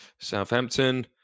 Southampton